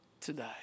today